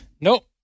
Nope